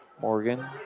Morgan